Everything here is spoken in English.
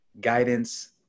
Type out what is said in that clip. guidance